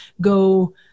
go